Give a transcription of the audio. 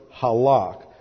halak